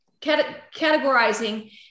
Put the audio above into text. categorizing